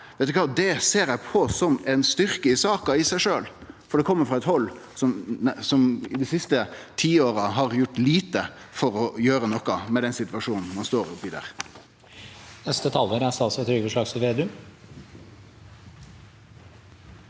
det ser eg på som ein styrke i saka i seg sjølv, for det kjem frå eit hald som dei siste tiåra har gjort lite for å gjere noko med den situasjonen ein står i oppi der.